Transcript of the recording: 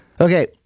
Okay